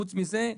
חוץ מזה,